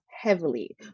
heavily